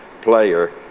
player